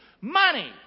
Money